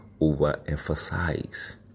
overemphasize